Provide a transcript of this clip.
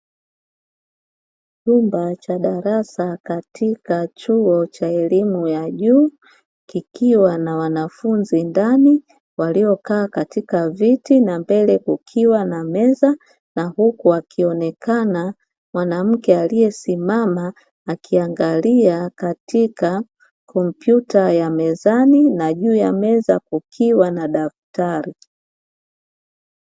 Chumba cha darasa katika chuo cha elimu ya juu, kikiwa na wanafunzi ndani waliokaa katika viti, na mbele kukiwa na meza, na huku akionekana mwanamke aliyesimama akiangalia katika kompyuta ya mezani, na juu ya meza kukiwa na daftari.